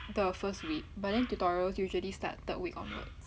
the first week but then tutorials usually start third week onwards